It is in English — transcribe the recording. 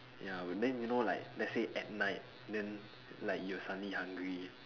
ya then you know like let's say at night then like you suddenly hungry